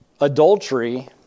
adultery